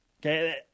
okay